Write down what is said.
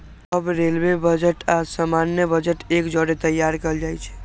अब railway budget आऽ सामान्य बजट एक जौरे तइयार कएल जाइ छइ